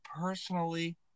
personally